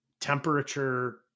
temperature